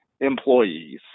employees